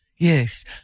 Yes